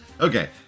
Okay